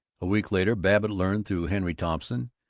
a week later babbitt learned, through henry thompson,